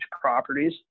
properties